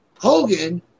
Hogan